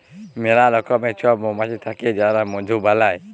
ম্যালা রকমের সব মমাছি থাক্যে যারা মধু বালাই